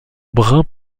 brun